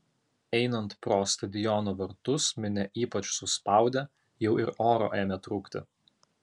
einant pro stadiono vartus minia ypač suspaudė jau ir oro ėmė trūkti